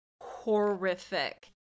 horrific